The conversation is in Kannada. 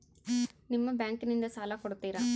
ನಿಮ್ಮ ಬ್ಯಾಂಕಿನಿಂದ ಸಾಲ ಕೊಡ್ತೇರಾ?